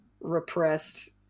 repressed